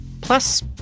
Plus